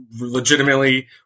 legitimately